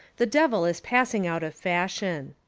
the devil is passing out of fashion.